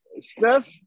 Steph